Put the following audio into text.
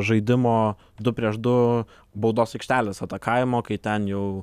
žaidimo du prieš du baudos aikštelės atakavimo kai ten jau